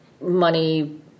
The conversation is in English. money